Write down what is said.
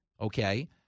okay